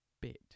bit